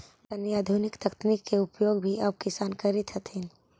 बहुत सनी आधुनिक तकनीक के उपयोग भी अब किसान करित हथिन